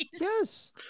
Yes